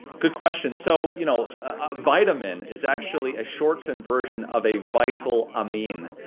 good question. so, you know, a vitamin is actually a shortened version of a vital amine,